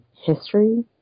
history